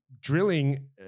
drilling